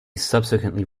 subsequently